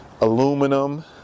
aluminum